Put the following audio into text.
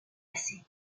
passés